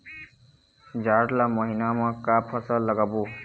जाड़ ला महीना म का फसल लगाबो?